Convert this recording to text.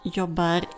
jobbar